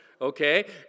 Okay